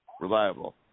Reliable